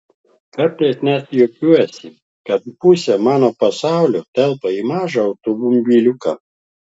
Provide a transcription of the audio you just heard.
kartais net juokiuosi kad pusė mano pasaulio telpa į mažą automobiliuką